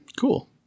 Cool